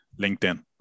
LinkedIn